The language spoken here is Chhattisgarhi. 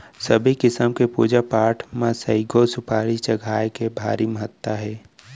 सबे किसम के पूजा पाठ म सइघो सुपारी चघाए के भारी महत्ता हे